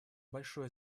большое